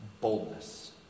boldness